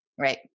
Right